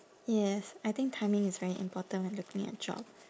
yes I think timing is very important when looking at job